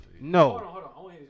No